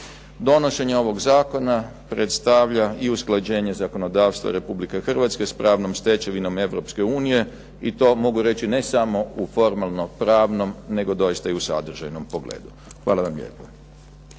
Donošenje ovog zakona predstavlja i usklađenje zakonodavstva Republike Hrvatske s pravnom stečevinom Europske unije. I to mogu reći u formalno-pravnom, nego doista i u sadržajnom pogledu. Hvala vam lijepo.